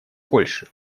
польши